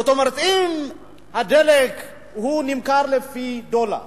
זאת אומרת, אם הדלק נמכר לפי דולר,